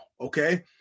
okay